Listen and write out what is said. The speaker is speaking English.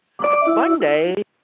Monday